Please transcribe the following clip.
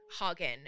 Hagen